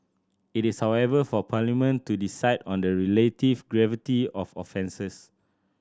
it is however for Parliament to decide on the relative gravity of offences